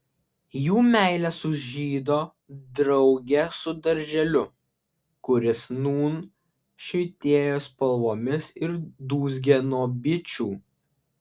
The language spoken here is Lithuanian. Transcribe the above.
jų meilė sužydo drauge su darželiu kuris nūn švytėjo spalvomis ir dūzgė nuo bičių